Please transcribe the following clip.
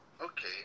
okay